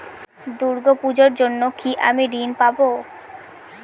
দূর্গা পূজার জন্য কি আমি ঋণ পাবো?